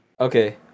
okay